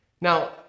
Now